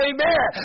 Amen